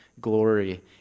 glory